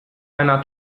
einer